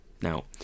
Now